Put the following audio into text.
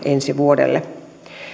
ensi vuodelle